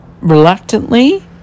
reluctantly